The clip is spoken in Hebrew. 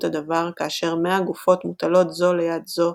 הדבר כאשר מאה גופות מוטלות זו ליד זו,